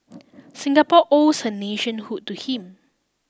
Singapore owes her nationhood to him